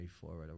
forward